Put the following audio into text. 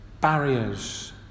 barriers